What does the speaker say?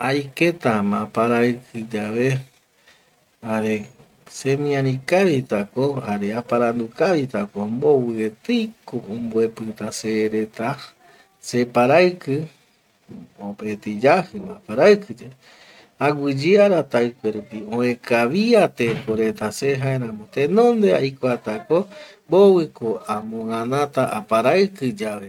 Aiketa ma aparaiki yave jare semiari kavi ta ko jare aparandu kavita ko mbovi eteiko omboepita se reta separaiki mopeti yaji va aparaiki yae aguiyeara taikue rupi oe kavia teko reta se jaeramo tenonde aikua ta ko mbovi ko amoganata aparaiki yae